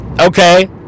Okay